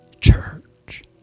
Church